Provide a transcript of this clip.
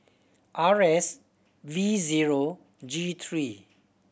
R S V zero G three